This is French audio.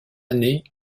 année